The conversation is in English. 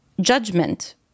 judgment